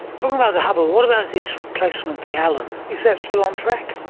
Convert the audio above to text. talking about the hubble, what about its replacement the allen? is that still on track?